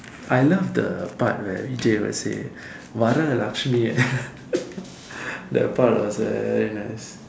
I love the part where Vijay will say வரலட்சுமியே:varalatsumiyee that part was very nice